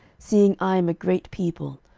seeing i am a great people,